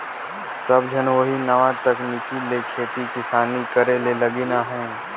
सब झन ओही नावा तकनीक ले खेती किसानी करे में लगिन अहें